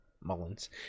Mullins